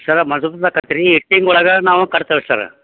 sir ಇಟ್ಟಿಗೆ ಒಳಗೆ ನಾವು ಕಟ್ತೇವೆ ಸರ್ರ